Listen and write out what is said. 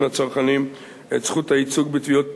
הצרכנים את זכות הייצוג בתביעות קטנות,